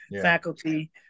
faculty